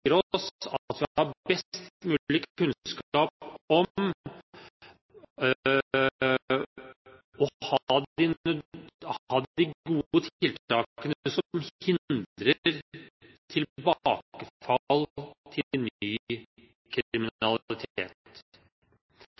at vi har best mulig kunnskap om de gode tiltakene som hindrer tilbakefall til ny